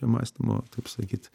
mąstymo taip sakyt